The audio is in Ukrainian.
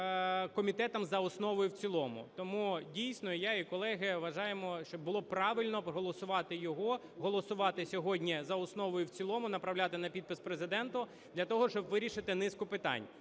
комітетом за основу і в цілому. Тому, дійсно, я і колеги вважаємо, що було правильно голосувати його, голосувати сьогодні за основу і в цілому, направляти на підпис Президенту для того, щоб вирішити низку питань,